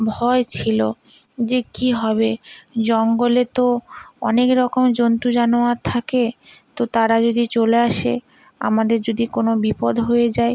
ভয় ছিলো যে কী হবে জঙ্গলে তো অনেক রকম জন্তু জানোয়ার থাকে তো তারা যদি চলে আসে আমাদের যদি কোনো বিপদ হয়ে যায়